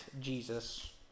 Jesus